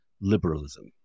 liberalism